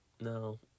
No